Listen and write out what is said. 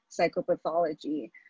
psychopathology